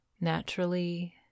naturally